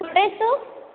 कुठे आहेस तू